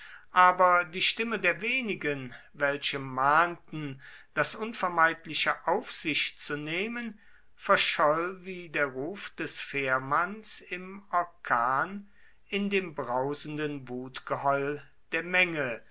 aber die stimme der wenigen welche mahnten das unvermeidliche auf sich zu nehmen verscholl wie der ruf des fährmanns im orkan in dem brausenden wutgeheul der menge